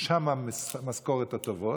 ששם המשכורות הטובות.